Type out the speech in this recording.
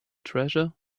treasure